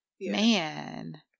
Man